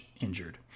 injured